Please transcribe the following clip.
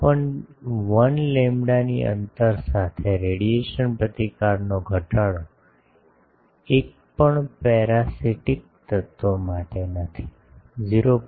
1 લેમ્બડાની અંતર સાથે રેડિયેશન પ્રતિકારનો ઘટાડો એક પણ પેરાસિટિક તત્વ માટે નથી 0